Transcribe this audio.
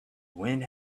wind